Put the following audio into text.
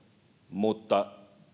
mutta